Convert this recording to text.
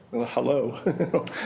hello